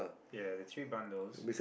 ya there are two bundles